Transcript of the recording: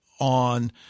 on